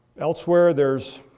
elsewhere there's,